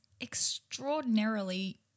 extraordinarily